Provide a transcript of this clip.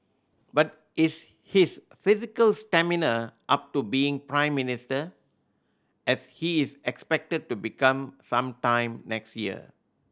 but is his physical stamina up to being Prime Minister as he is expected to become some time next year